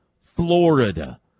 Florida